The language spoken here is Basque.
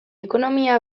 ekonomia